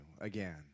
again